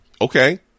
Okay